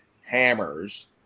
hammers